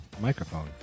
microphone